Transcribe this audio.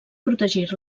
protegir